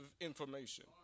information